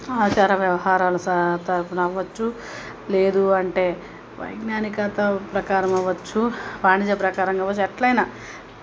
ఆచార వ్యవహారాల తరఫున అవ్వచ్చు లేదంటే వైజ్ఞానికత ప్రకారం అవ్వచ్చు వాణిజ్య ప్రకారం కావచ్చు ఎట్లయిన